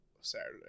Saturday